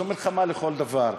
זו מלחמה לכל דבר,